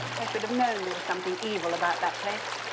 i should have known there was something evil about that place.